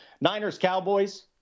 Niners-Cowboys